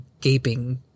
gaping